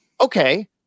okay